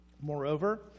Moreover